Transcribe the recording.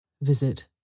Visit